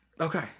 Okay